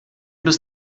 bis